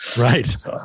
Right